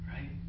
Right